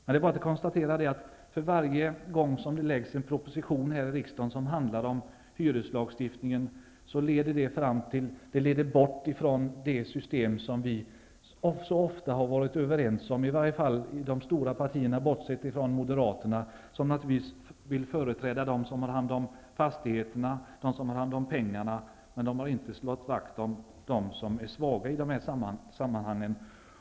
Det är bara att konstatera, att för varje gång som det läggs fram en proposition i riksdagen som handlar om hyreslagstiftningen, leder det bort från de system som vi så ofta har varit överens om, i varje fall i de stora partierna bortsett från Moderaterna, som naturligtvis vill företräda dem som har hand om fastigheterna och dem som har pengar. Men de har inte slagit vakt om dem som är svaga i dessa sammanhang.